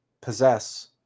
possess